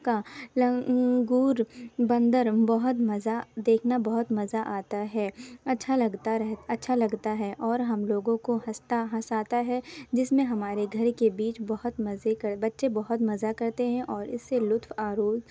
کا لنگور بندر بہت مزہ دیکھنا بہت مزہ آتا ہے اچھا لگتا رہتا اچھا لگتا ہے اور ہم لوگوں کو ہنستا ہنساتا ہے جس میں ہمارے گھر کے بیچ بہت مزے کر بچے بہت مزہ کرتے ہیں اور اس سے لطف آرو